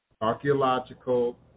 archaeological